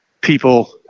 people